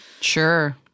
sure